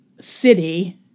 City